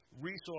resource